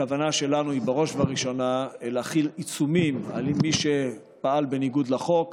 הכוונה שלנו היא בראש ובראשונה להחיל עיצומים על מי שפעל בניגוד לחוק